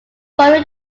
following